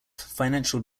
financial